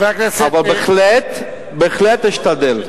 אבל בהחלט אשתדל.